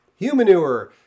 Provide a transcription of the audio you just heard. Humanure